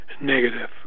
negative